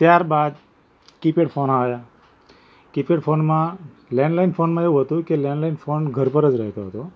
ત્યાર બાદ keypad phone આવ્યા કીપેડ ફોનમાં અ લૅન્ડ લાઇન ફોનમાં એવું હતું કે લૅન્ડ લાઇન ફોન ઘર પર જ રહેતો હતો